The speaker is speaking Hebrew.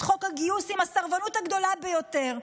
חוק הגיוס עם הסרבנות הגדולה ביותר.